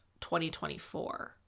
2024